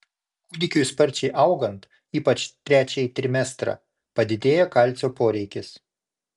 kūdikiui sparčiai augant ypač trečiąjį trimestrą padidėja kalcio poreikis